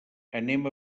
anem